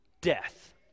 death